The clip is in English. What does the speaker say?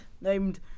named